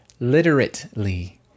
literately